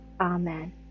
Amen